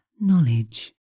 knowledge